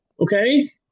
Okay